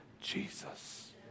Jesus